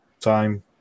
time